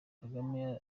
kagame